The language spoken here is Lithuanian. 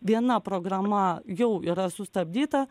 viena programa jau yra sustabdyta